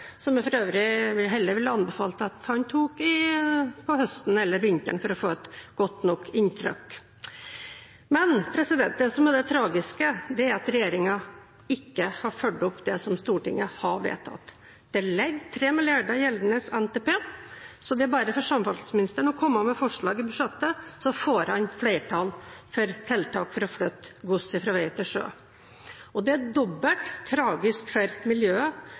som jeg for øvrig heller vil anbefale at han tar på høsten eller vinteren for å få et godt nok inntrykk. Det som er det tragiske, er at regjeringen ikke har fulgt opp det som Stortinget har vedtatt. Det ligger 3 mill. kr i gjeldende NTP, så det er bare for samferdselsministeren å komme med forslag i budsjettet, så får han flertall for tiltak for å flytte gods fra vei til sjø. Det er dobbelt tragisk for miljøet,